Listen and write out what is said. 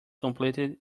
completely